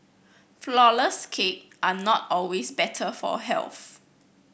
flourless cake are not always better for health